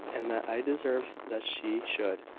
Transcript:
and that i deserve that she should.